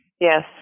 Yes